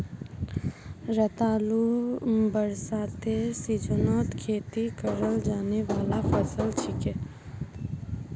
रतालू बरसातेर सीजनत खेती कराल जाने वाला फसल छिके